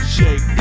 Shake